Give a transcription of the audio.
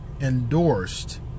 endorsed